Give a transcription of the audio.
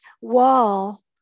wall